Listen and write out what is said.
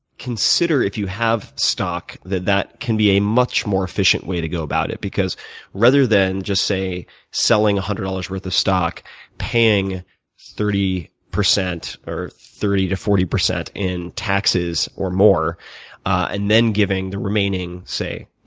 consider if you have stock that that can be a much more efficient way to go about it because rather than just say selling one hundred dollars worth of stock paying thirty percent or thirty to forty percent in taxes or more and then giving the remaining, say,